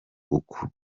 uko